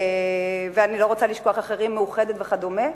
ואני לא רוצה לשכוח אחרים, "מאוחדת" וכדומה,